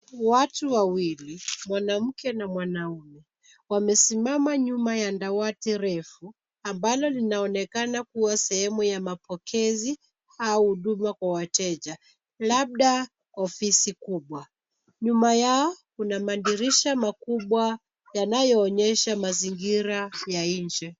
Watu wawili, mwanamke na mwanaume wamesimama nyuma ya dawati refu, ambalo linaonekana kuwa sehemu ya mapokezi au huduma kwa wateja, labda ofisi kubwa. Nyuma yao kuna madirisha makubwa yanayoonyesha mazingira ya nje.